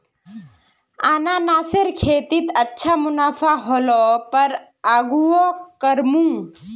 अनन्नासेर खेतीत अच्छा मुनाफा ह ल पर आघुओ करमु